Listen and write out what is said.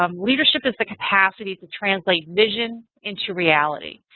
um leadership is the capacity to translate vision into reality.